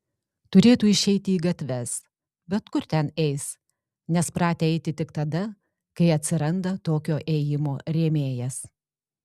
turėtų išeiti į gatves bet kur ten eis nes pratę eiti tik tada kai atsiranda tokio ėjimo rėmėjas